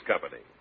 Company